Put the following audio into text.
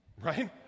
right